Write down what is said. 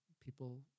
people